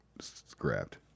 scrapped